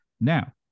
Now